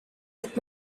with